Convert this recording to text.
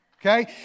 Okay